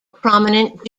prominent